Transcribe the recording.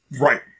Right